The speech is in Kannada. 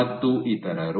ಮತ್ತು ಇತರರು